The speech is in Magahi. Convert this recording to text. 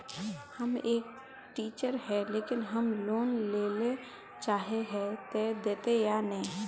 हम एक टीचर है लेकिन हम लोन लेले चाहे है ते देते या नय?